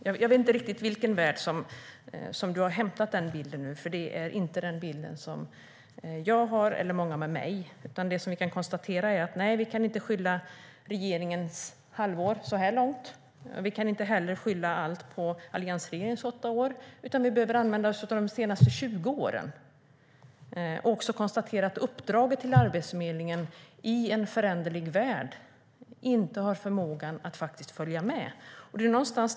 Jag vet inte riktigt vilken värld som du har hämtat den bilden från, för det är inte den bild som jag och många med mig har. Vi kan konstatera att man så här långt inte kan skylla på regeringen under dess halvår vid makten. Vi kan inte heller skylla allt på alliansregeringens åtta år. Vi behöver se tillbaka på de senaste 20 åren. Uppdraget till Arbetsförmedlingen i en föränderlig värld har inte har följt med utvecklingen.